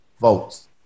votes